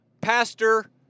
Pastor